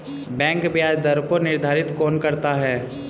Bank ब्याज दर को निर्धारित कौन करता है?